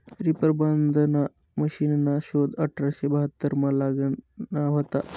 reaper बांधाना मशिनना शोध अठराशे बहात्तरमा लागना व्हता